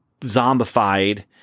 zombified